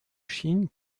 chine